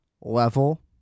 level